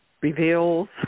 reveals